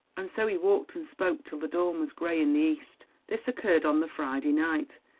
and so he walked and spoke till the dawn was grey in the east. this occurred on the friday night.